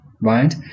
right